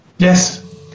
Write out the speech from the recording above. Yes